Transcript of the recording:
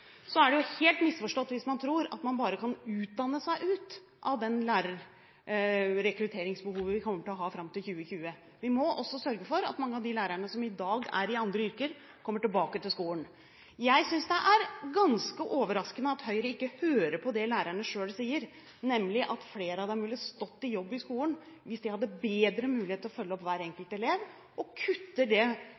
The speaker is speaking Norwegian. helt misforstått hvis man tror at man bare kan utdanne seg ut av det lærerrekrutteringsbehovet vi kommer til å ha fram til 2020. Vi må også sørge for at mange av de lærerne som i dag er i andre yrker, kommer tilbake til skolen. Jeg synes det er ganske overraskende at Høyre ikke hører på det lærerne selv sier, nemlig at flere av dem ville ha stått i jobb i skolen hvis de hadde bedre mulighet til å følge opp hver enkelt elev, og at man kutter